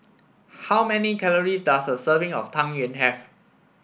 how many calories does a serving of Tang Yuen have